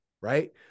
Right